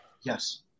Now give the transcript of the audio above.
Yes